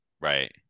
right